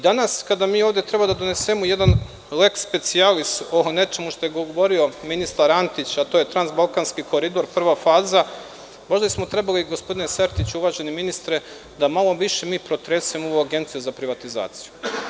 Danas, kada treba da donesemo jedan lex specialis o nečemu što je govorio ministar Antić, a to je trans-balkanski koridor, prva faza, valjda smo trebali, gospodine Sertiću, uvaženi ministre, da malo više protresemo ovu Agenciju za privatizaciju.